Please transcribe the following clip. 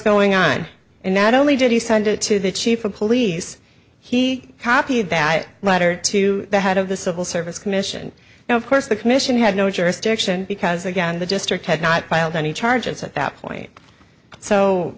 going on and not only did you send it to the chief of police he copied that letter to the head of the civil service commission now of course the commission had no jurisdiction because again the district had not filed any charges at that point so